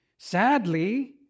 Sadly